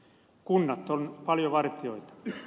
kunnat ovat paljon vartijoita